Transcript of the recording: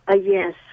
Yes